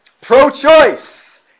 pro-choice